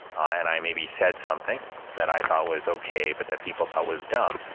and i maybe said something that i thought was ok, but that people thought was dumb,